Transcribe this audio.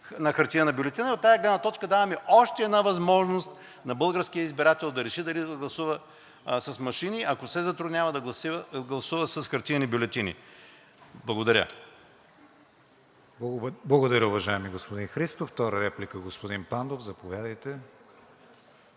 с хартиена бюлетина. От тази гледна точка даваме още една възможност на българския избирател да реши дали да гласува с машини, ако се затруднява да гласува с хартиени бюлетини. Благодаря Ви. ПРЕДСЕДАТЕЛ КРИСТИАН ВИГЕНИН: Благодаря, уважаеми господин Христов. Втора реплика – господин Пандов. Заповядайте.